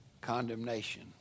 condemnation